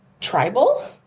tribal